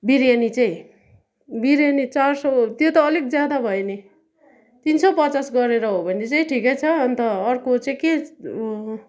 बिर्यानी चाहिँ बिर्यानी चार सौ त्यो त अलिक ज्यादा भयो नि तिन सौ पचास गरेर हो भने चाहिँ ठिकै छ अन्त अर्को चाहिँ के